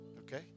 okay